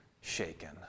shaken